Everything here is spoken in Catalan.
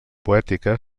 poètica